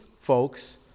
folks